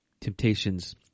temptations